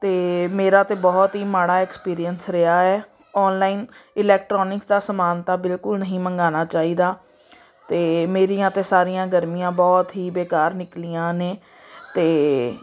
ਅਤੇ ਮੇਰਾ ਤਾਂ ਬਹੁਤ ਹੀ ਮਾੜਾ ਐਕਸਪੀਰੀਐਂਸ ਰਿਹਾ ਹੈ ਔਨਲਾਈਨ ਇਲੈਕਟਰੋਨਿਕਸ ਦਾ ਸਮਾਨ ਤਾਂ ਬਿਲਕੁਲ ਨਹੀਂ ਮੰਗਵਾਉਣਾ ਚਾਹੀਦਾ ਅਤੇ ਮੇਰੀਆਂ ਤਾਂ ਸਾਰੀਆਂ ਗਰਮੀਆਂ ਬਹੁਤ ਹੀ ਬੇਕਾਰ ਨਿਕਲੀਆਂ ਨੇ ਤਾਂ